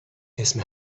اسم